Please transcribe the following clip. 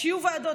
שיהיו ועדות.